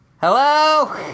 hello